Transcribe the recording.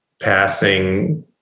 passing